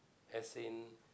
as in